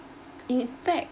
in fact